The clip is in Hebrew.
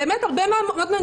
באמת הרבה מהנרצחות,